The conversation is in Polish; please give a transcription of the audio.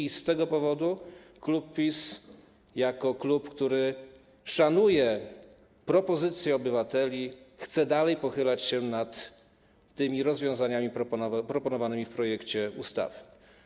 I z tego powodu klub PiS jako klub, który szanuje propozycje obywateli, chce dalej pochylać się nad rozwiązaniami proponowanymi w tym projekcie ustawy.